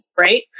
right